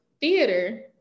theater